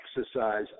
exercise